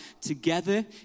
together